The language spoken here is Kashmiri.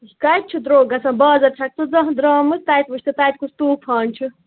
کَتہِ چھُ درٛۅگ گژھان بازر چھَکھ ژٕ زانٛہہ درٛامٕژ تتہِ وُچھ تہٕ تتہِ کُس طوٗفان چھُ